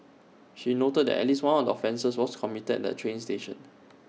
she noted that at least one of the offences was committed at A train station